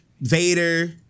vader